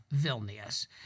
Vilnius